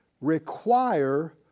require